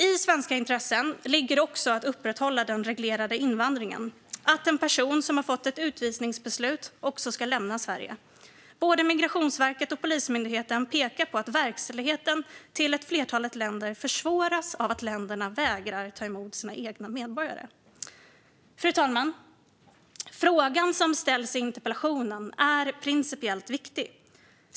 I svenska intressen ligger också att upprätthålla den reglerade invandringen och att en person som har fått ett utvisningsbeslut ska lämna Sverige. Både Migrationsverket och Polismyndigheten pekar på att verkställigheten försvåras av att ett flertal länder vägrar ta emot sina egna medborgare. Fru talman! Frågan som ställs i interpellationen är principiellt viktig.